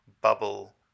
bubble